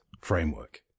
framework